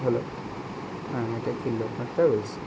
hello হ্যাঁ এটা কি লোকনাথ ট্রাভেলস